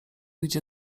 idzie